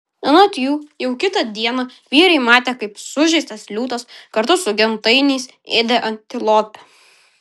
anot jų jau kitą dieną vyrai matė kaip sužeistas liūtas kartu su gentainiais ėdė antilopę